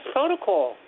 protocol